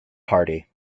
party